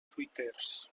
fruiters